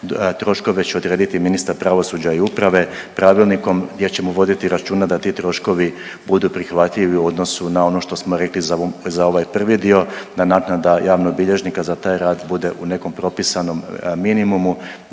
troškove će odrediti ministar pravosuđa i uprave, pravilnikom gdje ćemo voditi računa da ti troškovi budu prihvatljivi u odnosu na ono što smo rekli za ovaj prvi dio, da naknada javnog bilježnika za taj rad bude u nekom propisanom minimumu,